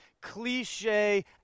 cliche